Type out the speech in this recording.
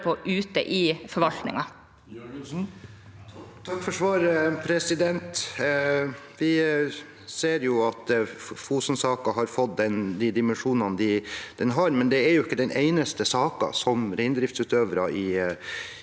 Takk for svaret. Vi ser at Fosen-saken har fått de dimensjonene den har, men den er jo ikke den eneste saken som reindriftsutøvere i